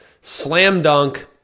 slam-dunk